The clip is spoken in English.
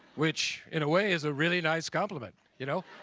which, in a way is a really nice compliment, you know?